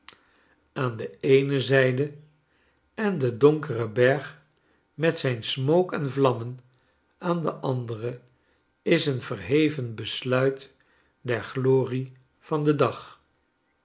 aan de eene zijde en den donkeren berg met zijn smook en vlammen aan de andere is een verheven besluit der glorie van den dag